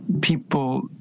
people